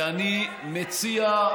ואני מציע,